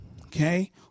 Okay